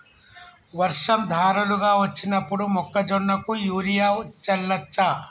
వర్షం ధారలుగా వచ్చినప్పుడు మొక్కజొన్న కు యూరియా చల్లచ్చా?